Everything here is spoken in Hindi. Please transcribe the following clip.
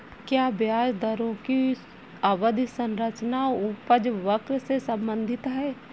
क्या ब्याज दरों की अवधि संरचना उपज वक्र से संबंधित है?